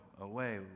away